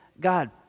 God